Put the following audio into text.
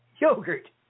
yogurt